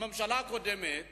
הממשלה הקודמת